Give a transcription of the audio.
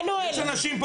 יש פה אנשים,